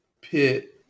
pit